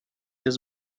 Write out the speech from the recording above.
jis